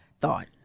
thought